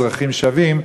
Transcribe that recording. אזרחים שווים,